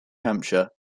hampshire